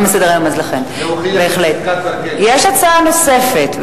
יש הצעה נוספת,